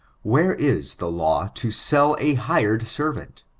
where is the law to sell a hired servant?